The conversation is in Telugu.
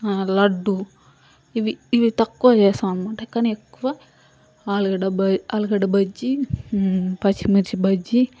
లడ్దు ఇవి ఇవి తక్కువ చేస్తాం అనమాట కాని ఎక్కువ ఆలుగడ్ద బ ఆలుగడ్ద బజ్జీ పచ్చిమిర్చి బజ్జీ